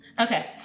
Okay